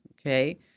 Okay